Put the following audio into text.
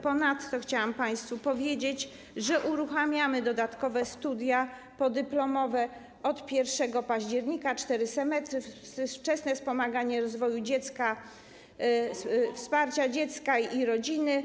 Ponadto chciałam państwu powiedzieć, że uruchamiamy dodatkowe studia podyplomowe od 1 października, cztery semestry, w zakresie wczesnego wspomagania rozwoju dziecka, wsparcia dziecka i rodziny.